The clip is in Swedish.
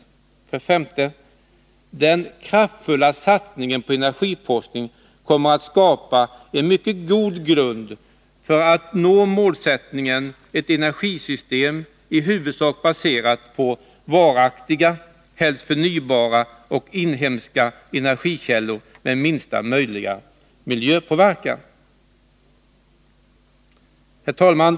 För det femte kommer den kraftfulla satsningen på energiforskning att skapa en mycket god grund för att nå den uppsatta målsättningen, nämligen ett energisystem i huvudsak baserat på varaktiga, helst förnybara och inhemska, energikällor med minsta möjliga miljöpåverkan. Herr talman!